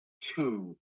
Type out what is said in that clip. two